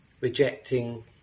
rejecting